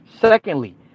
Secondly